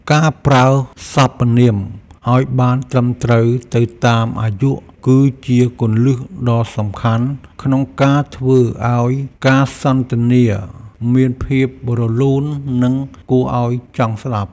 ការប្រើសព្វនាមឱ្យបានត្រឹមត្រូវទៅតាមអាយុ គឺជាគន្លឹះដ៏សំខាន់ក្នុងការធ្វើឱ្យការសន្ទនាមានភាពរលូននិងគួរឱ្យចង់ស្តាប់។